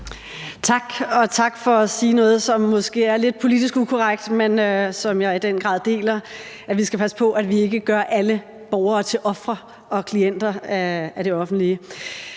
Tak, og tak for at sige noget, som måske er lidt politisk ukorrekt, men som jeg i den grad deler, altså at vi skal passe på, at vi ikke gør alle borgere til ofre og klienter af det offentlige.